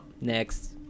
next